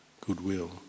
goodwill